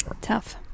Tough